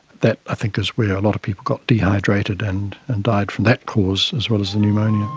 that i think is where a lot of people got dehydrated and and died from that cause as well as the pneumonia.